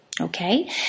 Okay